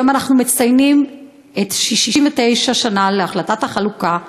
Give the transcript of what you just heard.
היום אנחנו מציינים 69 שנה להחלטת החלוקה,